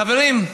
חברים,